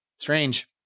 Strange